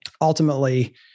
ultimately